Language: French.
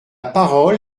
parole